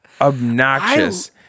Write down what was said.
obnoxious